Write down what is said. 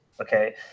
Okay